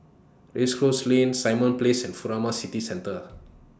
Race Course Lane Simon Place and Furama City Centre